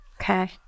Okay